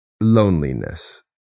loneliness